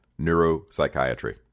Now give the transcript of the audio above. neuropsychiatry